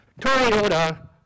Toyota